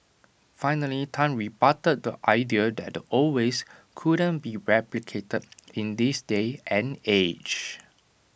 finally Tan rebutted the idea that the old ways couldn't be replicated in this day and age